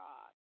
God